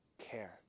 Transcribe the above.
care